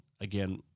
again